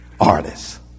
artists